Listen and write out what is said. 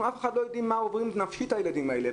אף אחד לא יודע מה עובר נפשית על הילדים האלה.